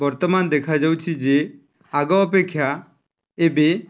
ବର୍ତ୍ତମାନ ଦେଖାଯାଉଛିି ଯେ ଆଗ ଅପେକ୍ଷା ଏବେ